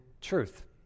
truth